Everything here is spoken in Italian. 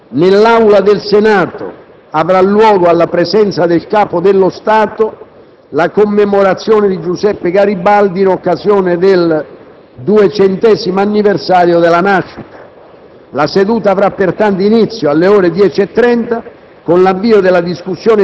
Mercoledì 4 luglio, dalle ore 9,30 alle ore 10,30, nell'Aula del Senato avrà luogo, alla presenza del Capo dello Stato, la commemorazione di Giuseppe Garibaldi in occasione del duecentesimo anniversario della nascita.